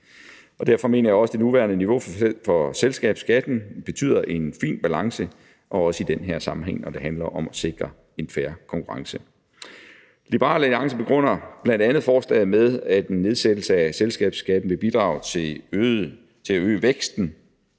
Derfor mener jeg også, at det nuværende niveau for selskabsskatten betyder, at der er en fin balance, og det gør den også i den her sammenhæng, hvor det handler om at sikre en fair konkurrence. Liberal Alliance begrunder bl.a. forslaget med, at en nedsættelse af selskabsskatten vil bidrage til at øge væksten